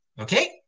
Okay